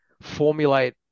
formulate